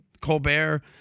Colbert